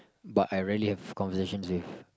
but I rarely have conversation with